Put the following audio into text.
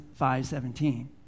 5.17